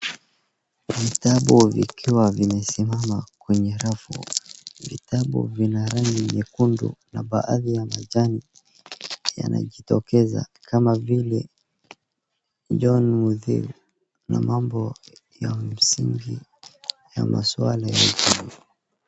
Vitabu vikiwa vimesimama kwenye rafu. Vitabu vina rangi nyekundu na baadhi ya majani yanajitokeza kama vile John Muthui na mambo ya msingi ya maswala ya.